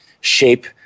shape